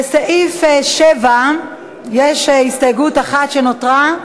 לסעיף 7 יש הסתייגות אחת שנותרה,